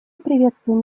приветствуем